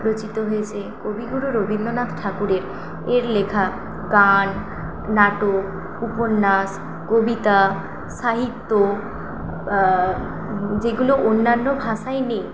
রচিত হয়েছে কবিগুরু রবীন্দ্রনাথ ঠাকুরের এর লেখা গান নাটক উপন্যাস কবিতা সাহিত্য যেগুলো অন্যান্য ভাষায় নেই